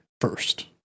first